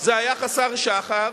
זה היה חסר שחר,